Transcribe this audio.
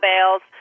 bales